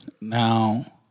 Now